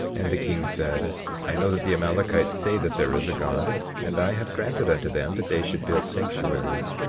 and the king said i know that the amalekites say that there is a god, and i have granted unto them that they should build sanctuaries,